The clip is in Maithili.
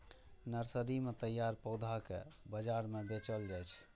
नर्सरी मे तैयार पौधा कें बाजार मे बेचल जाइ छै